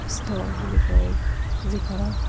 stole বুলি কয় যিখনক